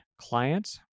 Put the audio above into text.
clients